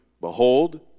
Behold